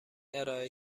ارائه